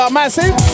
massive